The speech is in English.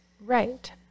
Right